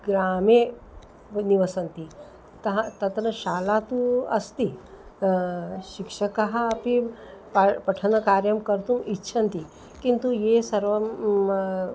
ग्रामे वि निवसन्ति तु तत्र शाला तु अस्ति शिक्षकः अपि प पठनकार्यं कर्तुम् इच्छन्ति किन्तु ये सर्वं